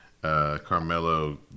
Carmelo